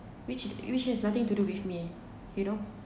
which which has nothing to do with me you know